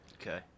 Okay